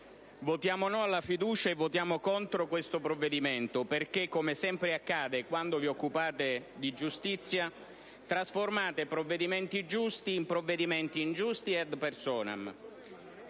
votiamo no alla fiducia, e votiamo contro questo provvedimento, perché - come sempre accade quando vi occupate di giustizia - trasformate provvedimenti giusti in provvedimenti ingiusti e *ad personam*.